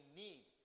need